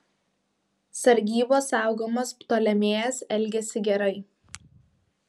sargybos saugomas ptolemėjas elgėsi gerai